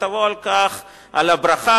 ותבוא על כך על הברכה.